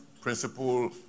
principle